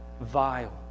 vile